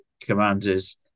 Commanders